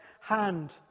hand